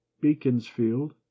Beaconsfield